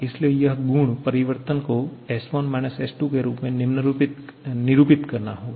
इसलिए यह गुण परिवर्तन को S1 S2 के रूप में निरूपित करना होगा